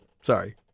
Sorry